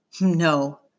No